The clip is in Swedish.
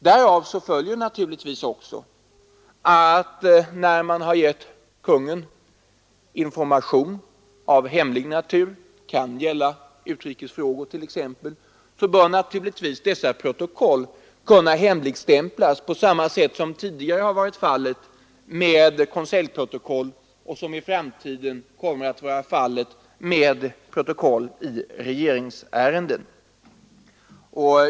Därav följer också att när man har gett konungen information av hemlig natur — det kan t.ex. gälla utrikesfrågor — bör dessa protokoll kunna hemligstämplas på samma sätt som tidigare har varit fallet med konseljprotokoll och som i framtiden kommer att vara förhållandet med protokoll i regeringsärenden.